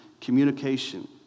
communication